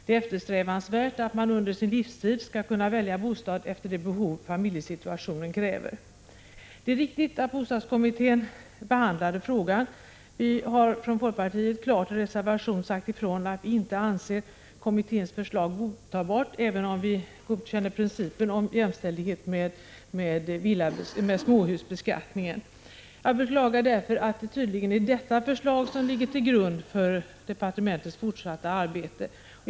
Det är eftersträvansvärt att man under sin livstid kan välja den bostadsform som familjesituationen kräver. Det är riktigt att bostadskommittén behandlade frågan. Vi i folkpartiet har i en reservation klart sagt ifrån att vi inte anser kommitténs förslag vara godtagbart, även om vi godkänner principen om jämställdhet när det gäller beskattningen av bostadsrätter och småhus. Mot den bakgrunden beklagar jag att det tydligen är detta förslag som ligger till grund för departementets fortsatta arbete.